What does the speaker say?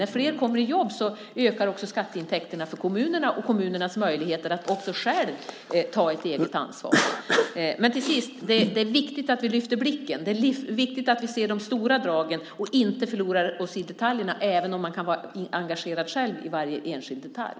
När fler kommer i jobb ökar också skatteintäkterna för kommunerna och kommunernas möjligheter att också själva ta ett eget ansvar ökar. Till sist: Det är viktigt att vi lyfter blicken. Det är viktigt att vi ser de stora dragen och inte förlorar oss i detaljerna, även om man kan vara engagerad själv i varje enskild detalj.